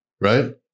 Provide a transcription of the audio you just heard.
right